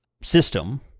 system